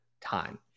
time